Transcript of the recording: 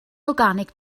organic